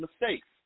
mistakes